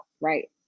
right